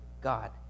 God